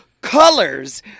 colors